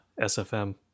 SFM